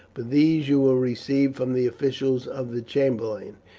but these you will receive from the officials of the chamberlain.